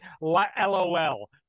LOL